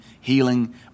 healing